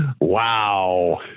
Wow